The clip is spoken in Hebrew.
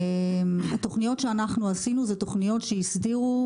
התוכניות שאנחנו עשינו הן תוכניות שהסדירו